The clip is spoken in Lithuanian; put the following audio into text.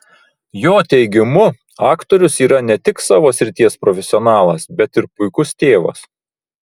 jo teigimu aktorius yra ne tik savo srities profesionalas bet ir puikus tėvas